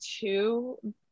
two